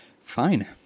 Fine